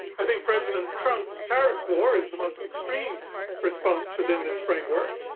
i think president trump's tariff war is the most extreme response within this framework.